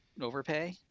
overpay